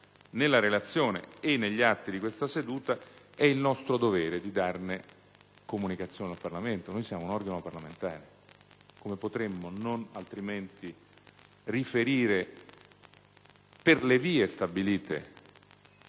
nella relazione e negli atti di questa seduta, il nostro dovere è di darne comunicazione al Parlamento. Noi siamo un organo parlamentare, come potremmo non altrimenti riferire per le vie stabilite,